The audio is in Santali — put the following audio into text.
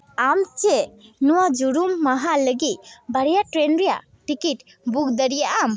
ᱟᱢ ᱪᱮᱫ ᱱᱚᱣᱟ ᱡᱟᱹᱨᱩᱢ ᱢᱟᱦᱟ ᱞᱟᱹᱜᱤᱫ ᱵᱟᱨᱭᱟ ᱴᱨᱮᱱ ᱨᱮᱭᱟᱜ ᱴᱤᱠᱤᱴ ᱵᱩᱠ ᱫᱟᱲᱮᱭᱟᱜ ᱟᱢ